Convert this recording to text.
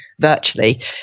virtually